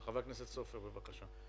ח"כ סופר, בבקשה.